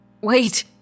Wait